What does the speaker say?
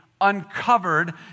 uncovered